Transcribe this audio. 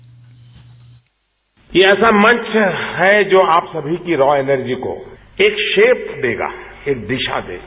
bite ये ऐसा मंच है जो आप जमी की रॉ एनर्जी को एक शेप देगा एक दिशा देगा